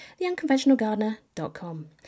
theunconventionalgardener.com